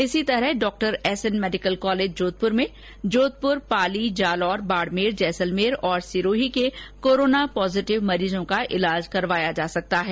इसी तरह डॉ एसएन मेडिकल कॉलेज जोधपुर में जोधपुर पाली जालौर बाडमेर जैसलमेर और सिरोही के कोरोना पॉजिटिव मरीजों का ईलाज करवाया जा सकता है